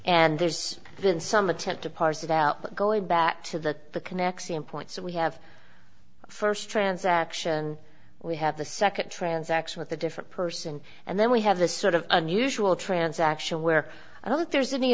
and there's been some attempt to parse it out but going back to the connection point so we have first transaction we have the second transaction with a different person and then we have this sort of unusual transaction where i don't think there's any